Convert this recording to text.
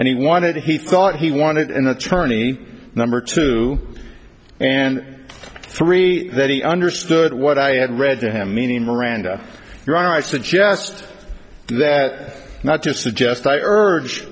and he wanted he thought he wanted an attorney number two and three that he understood what i had read to him meaning miranda your honor i suggest that not just suggest i urge